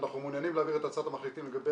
אנחנו מעוניינים להעביר את הצעת המחליטים לגבי